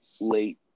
late